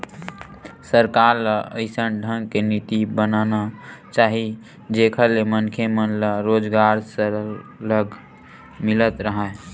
सरकार ल अइसन ढंग के नीति बनाना चाही जेखर ले मनखे मन मन ल रोजगार सरलग मिलत राहय